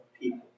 people